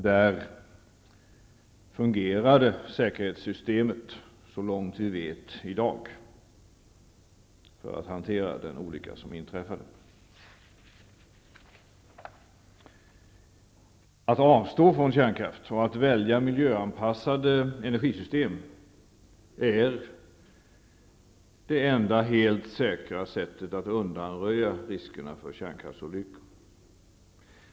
Där fungerade säkerhetssystemet för att hantera den olycka som inträffade så långt vi vet i dag. Att avstå från kärnkraft och att välja miljöanpassade energisystem är det enda helt säkra sättet att undanröja riskerna för kärnkraftsolyckor.